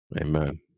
Amen